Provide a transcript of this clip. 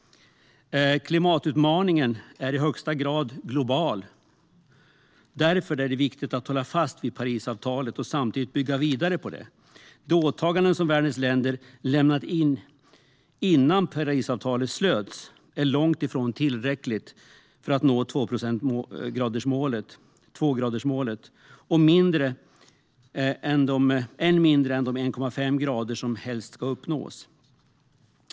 Klimatutmaningen är i högsta grad global. Därför är det viktigt att hålla fast vid Parisavtalet och samtidigt bygga vidare på det. De åtaganden som världens länder lämnat in innan Parisavtalet slöts är långt ifrån tillräckliga för att nå tvågradersmålet, än mindre de 1,5 grader som helst ska uppnås.